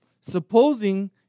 Supposing